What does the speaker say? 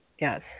Yes